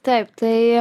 taip tai